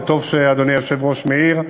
וטוב שאדוני היושב-ראש מעיר.